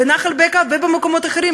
בנחל-בקע ובמקומות אחרים,